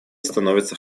становится